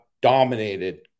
dominated